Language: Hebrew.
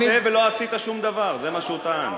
אתה לא עושה ולא עשית שום דבר, זה מה שהוא טען.